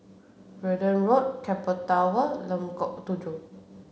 Verdun Road Keppel Tower Lengkok Tujoh